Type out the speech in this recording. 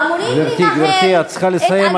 אמורים לנהל את, גברתי, את צריכה לסיים.